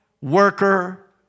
worker